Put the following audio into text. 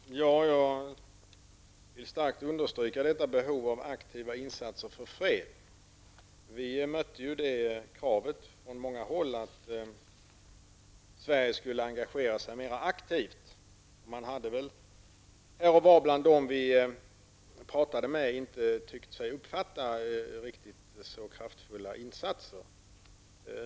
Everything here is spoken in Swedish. Herr talman! Jag vill starkt understryka behovet av aktiva insatser för fred. Vi mötte kravet från många håll att Sverige skall engagera sig mera aktivt. Bland dem som vi pratade med hade en del inte tyckt sig uppfatta att det förekommer kraftfulla insatser.